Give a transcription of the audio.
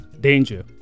danger